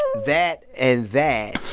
that and that,